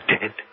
dead